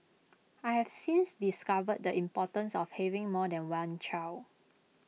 I have since discovered the importance of having more than one child